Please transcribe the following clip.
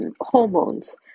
hormones